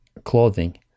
clothing